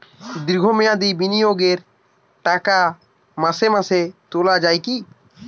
দীর্ঘ মেয়াদি বিনিয়োগের টাকা মাসে মাসে তোলা যায় কি?